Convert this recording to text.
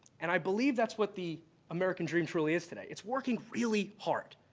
and i believe that's what the american dream truly is today. it's working really hard.